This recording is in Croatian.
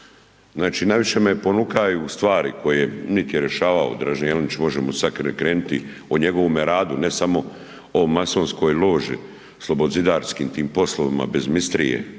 Znači najviše me ponukaju stvari koje nit je rješavao Dražen Jelenić možemo sada krenuti o njegovome radu, ne samo o masonskoj loži, solobozidarskim tim poslovima bez mistrije,